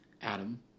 Adam